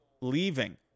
leaving